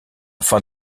fin